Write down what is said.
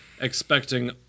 expecting